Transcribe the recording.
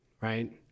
right